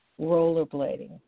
rollerblading